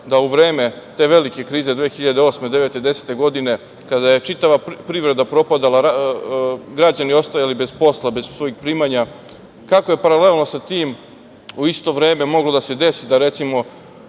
da u vreme te velike krize 2008, 2009. i 2010. godine kada je čitava privreda propadala, građani ostajali bez posla, bez svojih primanja, kako je paralelno sa tim u isto vreme moglo da se desi da, recimo,